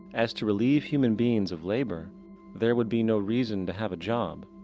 as to relieve human beings of labor there would be no reason to have a job.